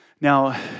Now